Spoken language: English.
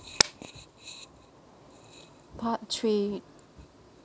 part three